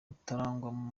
utarangwamo